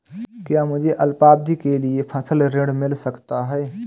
क्या मुझे अल्पावधि के लिए फसल ऋण मिल सकता है?